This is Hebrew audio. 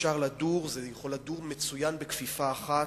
זה יכול לדור מצוין בכפיפה אחת.